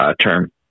term